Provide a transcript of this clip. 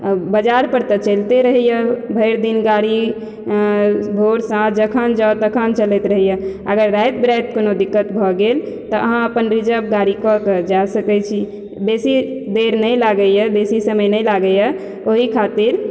बजार पर तऽ चलिते रहैया भरि दिन गाड़ी भोर साँझ जखन जाउ तखन चलैत रहैया अगर राति बिराति कोनो दिक्कत भऽ गेल तऽ अहाँ अपन रिजर्व गाड़ी कऽ के जाय सकै छी बेसी देर नहि लागैया बेसी समय नहि लागैया ओहि खातिर